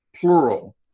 plural